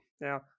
Now